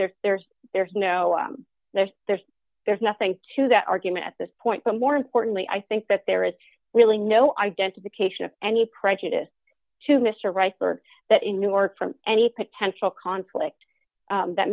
there's there's there's no there's there's there's nothing to that argument at this point but more importantly i think that there is really no identification of any prejudice to mr rice for that in new york from any potential conflict that